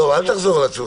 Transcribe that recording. לא, אל תחזור על עצמך.